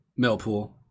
Millpool